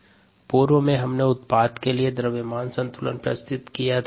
पूर्व में हमने उत्पाद के लिए द्रव्यमान संतुलन प्रस्तुत किया था